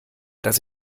dass